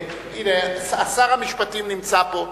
שר המשפטים נמצא פה.